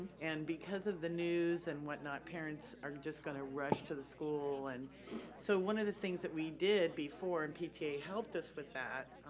and because of the news and whatnot, parents are just gonna rush to the school and so one of the things that we did before and pta helped us with that,